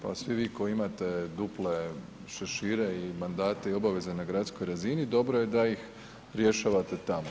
Pa svi vi koji imate duple šešire i mandate i obaveze na gradskoj razini dobro je da ih rješavate tamo.